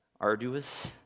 arduous